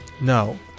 No